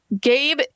gabe